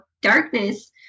darkness